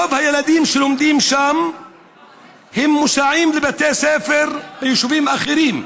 רוב הילדים שלומדים שם מוסעים לבתי ספר ביישובים אחרים,